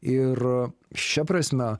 ir šia prasme